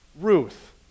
Ruth